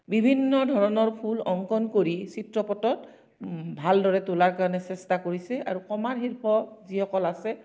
বিভিন্ন ধৰণৰ ফুল অংকন কৰি চিত্ৰপটত ভাল দৰে তোলাৰ কাৰণে চেষ্টা কৰিছে আৰু কমাৰ শিল্প যিসকল আছে